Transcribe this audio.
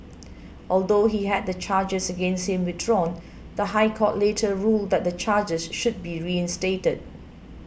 although he had the charges against him withdrawn the High Court later ruled that the charges should be reinstated